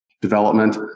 development